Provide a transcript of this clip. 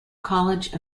college